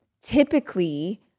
typically